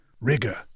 rigor